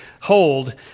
hold